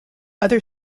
other